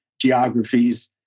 geographies